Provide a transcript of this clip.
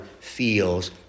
feels